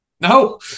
No